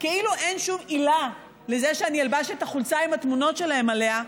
כאילו אין שום עילה לזה שאני אלבש את החולצה עם התמונות שלהם עליה,